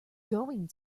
going